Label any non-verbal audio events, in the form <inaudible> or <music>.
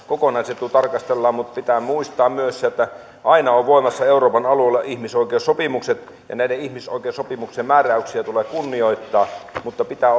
kokonaisetua tarkastellaan mutta pitää muistaa myös että aina ovat voimassa euroopan alueella ihmisoikeussopimukset ja näiden ihmisoikeussopimuksien määräyksiä tulee kunnioittaa mutta pitää <unintelligible>